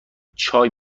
چای